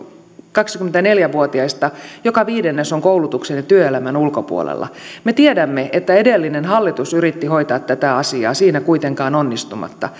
kaksikymmentäneljä vuotiaista joka viidennes on koulutuksen ja työelämän ulkopuolella me tiedämme että edellinen hallitus yritti hoitaa tätä asiaa siinä kuitenkaan onnistumatta